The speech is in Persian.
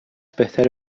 بهتره